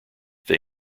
they